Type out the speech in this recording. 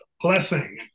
blessing